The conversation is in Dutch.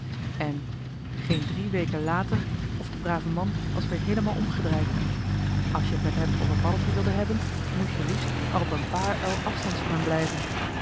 en geen drie weken later of de brave man was weer heelemaal omgedraaid als je het met hem over paddeltje wilde hebben moest je liefst maar op een paar el afstands van hem blijven